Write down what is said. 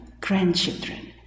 grandchildren